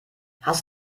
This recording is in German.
hast